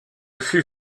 fut